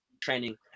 training